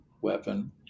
weapon